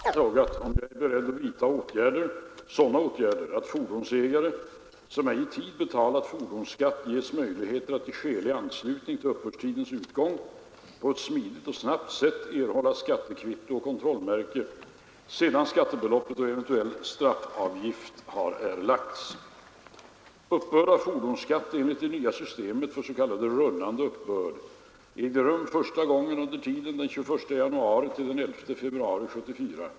Herr talman! Herr Nyquist har frågat mig om jag är beredd vidta sådana åtgärder att fordonsägare, som ej i tid betalat fordonsskatt, ges möjlighet att i skälig anslutning till uppbördstidens utgång på ett smidigt och snabbt sätt erhålla skattekvitto och kontrollmärke sedan skattebeloppet och eventuell straffavgift erlagts. Uppbörd av fordonsskatt enligt det nya systemet för s.k. rullande uppbörd ägde rum första gången under tiden den 21 januari — den 11 februari 1974.